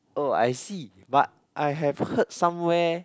oh I see but I have heard somewhere